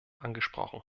angesprochen